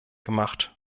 gemacht